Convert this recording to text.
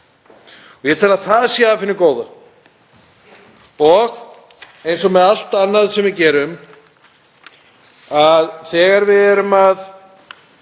Ég tel að það sé af hinu góða, Eins og með allt annað sem við gerum þegar við erum að